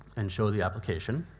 and show the application.